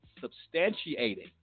substantiating